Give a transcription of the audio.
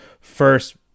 first